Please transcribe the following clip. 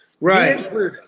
Right